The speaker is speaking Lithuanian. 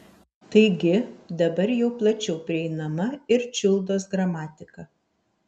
taigi dabar jau plačiau prieinama ir čiuldos gramatika